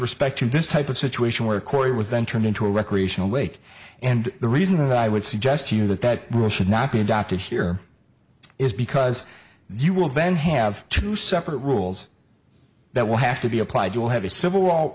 respect to this type of situation where a court was then turned into a recreational lake and the reason that i would suggest to you that that rule should not be adopted here is because you will then have two separate rules that will have to be applied you'll have a civil war